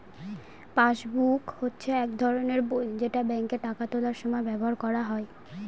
passbook হচ্ছে এক ধরনের বই যেটা ব্যাঙ্কে টাকা তোলার সময় ব্যবহার করা হয়